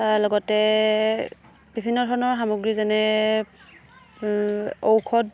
তাৰ লগতে বিভিন্ন ধৰণৰ সামগ্ৰী যেনে ঔষধ